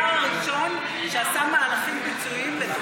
בוז'י היה השר הראשון שעשה מהלכים ביצועיים לטובת הקהילה.